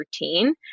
routine